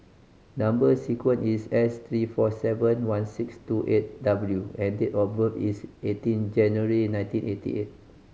number sequence is S three four seven one six two eight W and date of birth is eighteen January nineteen eighty eight